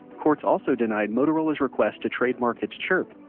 courts also denied motorola's request to trademark its chirp,